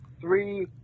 three